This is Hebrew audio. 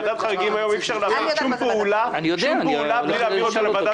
היום אי אפשר לעשות שום פעולה בלי להפנות אותה לוועדת החריגים.